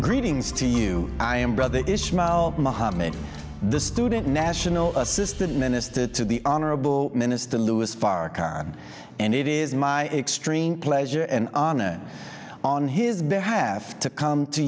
greetings to you i am brother is smile mohammad the student national assistant minister to the honorable minister louis farrakhan and it is my extreme pleasure and honor on his behalf to come to